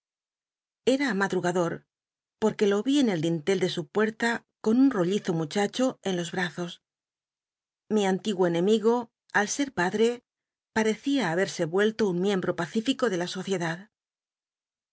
era madrugador porque lo en el dintel de su pucl'la con un rollizo muchacho en los bl'azos mi antiguo enemigo al ser pad re pthccia habcsc ucllo un miembro pacífico de la sociedad